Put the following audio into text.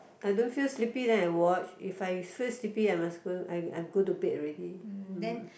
I don't feel sleepy then I watch if I feel sleepy I must go I I go to bed already hmm